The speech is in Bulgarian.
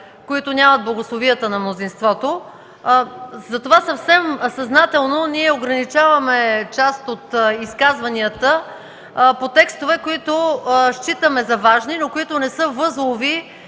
Правната комисия и на мнозинството. Затова съвсем съзнателно ограничаваме част от изказванията по текстове, които считаме за важни, но не са възлови